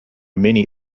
many